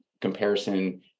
comparison